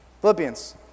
Philippians